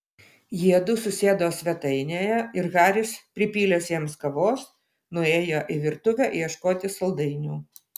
jiedu susėdo svetainėje ir haris pripylęs jiems kavos nuėjo į virtuvę ieškoti saldainių